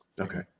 Okay